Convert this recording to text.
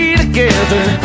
together